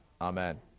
Amen